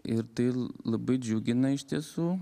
ir tai labai džiugina iš tiesų